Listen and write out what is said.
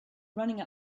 running